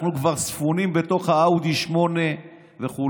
אנחנו כבר ספונים בתוך האאודי 8 וכו'.